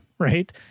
right